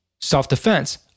self-defense